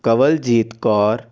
Kawaljit Kaur